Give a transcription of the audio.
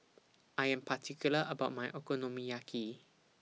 I Am particular about My Okonomiyaki